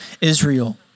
Israel